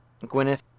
Gwyneth